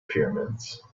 pyramids